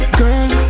girl